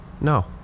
no